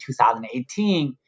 2018